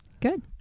good